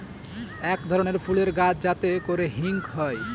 এক ধরনের ফুলের গাছ যাতে করে হিং হয়